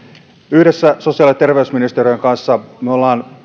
yhdessä sosiaali ja terveysministeriön kanssa me olemme